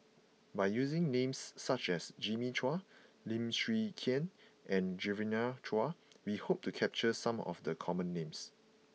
by using names such as Jimmy Chua Lim Chwee Chian and Genevieve Chua we hope to capture some of the common names